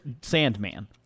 Sandman